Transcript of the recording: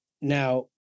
Now